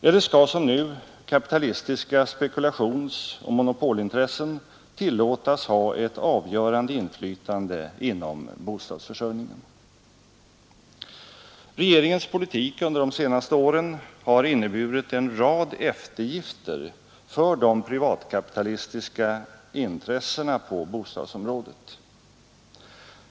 Eller skall som nu kapitalistiska spekulationsoch monopolintressen tillåtas ha det avgörande inflytandet inom bostadsförsörjningen? Regeringens politik under de senaste åren har inneburit en rad eftergifter för de privatkapitalistiska intressena på bostadsområdet.